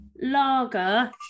lager